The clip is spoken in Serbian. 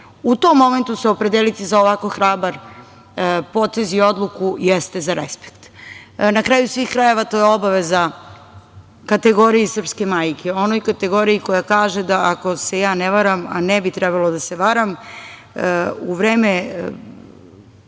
U tom momentu se opredeliti za ovako hrabar potez i odluku jeste za respekt. Na kraju svih krajeva, to je obaveza kategoriji srpske majke, onoj kategoriji koja kaže, ako se ja ne varam, a ne bi trebalo da se varam, u vreme